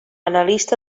analista